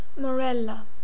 Morella